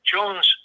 Jones